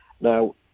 Now